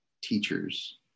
teachers